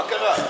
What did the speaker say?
מה קרה?